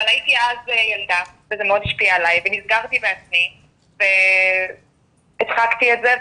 אבל הייתי אז ילדה וזה מאוד השפיע עליי ונסגרתי בעצמי והדחקתי את זה,